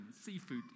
seafood